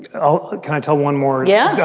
oh, can i tell one more? yeah.